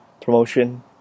Promotion